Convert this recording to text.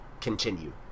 continue